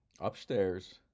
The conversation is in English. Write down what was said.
Upstairs